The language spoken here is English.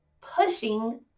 pushing